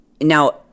now